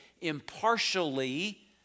impartially